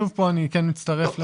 אני חושב שזה לשני הצדדים.